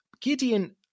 Gideon